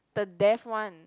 the death one